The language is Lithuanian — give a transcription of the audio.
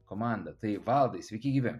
komandą tai valdai sveiki gyvi